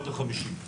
משנות החמישים.